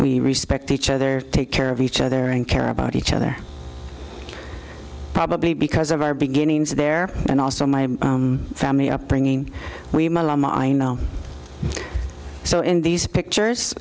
we respect each other take care of each other and care about each other probably because of our beginnings there and also my family upbringing we are i know so in these pictures